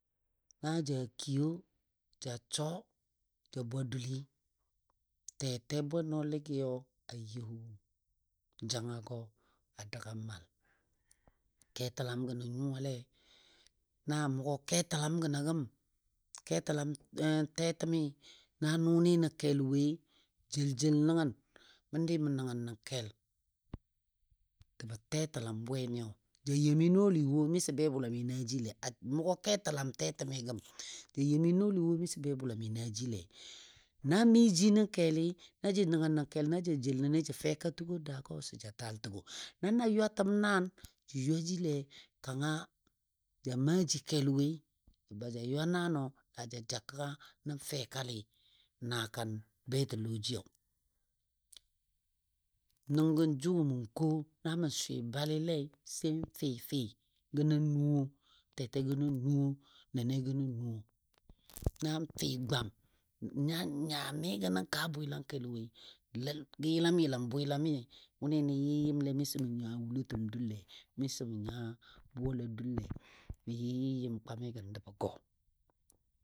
Na kiyo ja sʊ ja bwa dulli tɛtɛ bwenɔɔlɨgiyo a you jangagɔ a dəg a mal ketəlam gəmo nyuwa na a mʊgo ketəlam gəna gəm ketəlam tɛtɛmi na nʊnɨ nə kel woi jeljel nəngən məndi mən nəngnə kel jəbɔ tɛtəlami bweniyo ja you mi nɔɔli wo miso bwebulami naa jile a mʊgɔ ketəlam tɛtɛmi gəm ja you mi nɔɔli wo miso bwebulami naa jile na mɨ jinə keli, na jə nəngnə kel na ja jel nəni ja fɛka təgo a daagɔ səja taltəgɔ, na na ywatəm naan jə ywajile kanga ja maa ji kel woi baja ywa nanɔ la ja ja kəgga nən fɛkalɨ naakan betɔlɔjɨyo. Nəngɔ jʊ mə ko na mə swɨ balilei sai n fɨfɨ gə nə nuwo tɛtɛgɔ nən nuwo nɛnɛgɔ nən nuwo, nan fɨ, gwam nan nya miɨ gənɔ kaa bwɨlangkel woi lal gɔ yəlam yəlam bwelamɨ wʊni nə yɨ yəmle miso mə nya wulotəm dullei, miso mə nya bola dullei mə yɨyɨ yəm kwamigən jəbo gɔ.